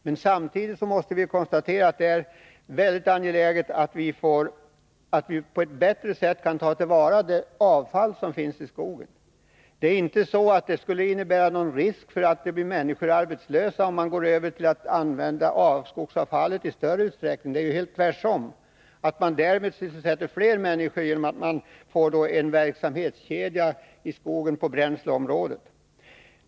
Men samtidigt måste vi konstatera att det är angeläget att vi på ett bättre sätt än nu kan ta till vara de avfall som finns i skogen. Det skulle inte innebära någon risk för att människor blir arbetslösa, om man går över till att använda skogsavfallet i större utsträckning. Tvärtom — därmed sysselsätter man fler människor, genom att man i skogen får en verksamhetskedja på bränsleområdet.